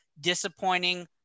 disappointing